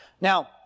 Now